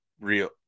real